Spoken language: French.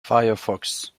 firefox